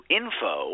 info